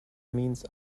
means